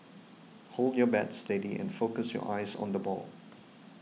hold your bat steady and focus your eyes on the ball